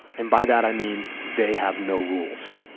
and by that, i mean they have no rules.